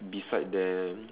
beside them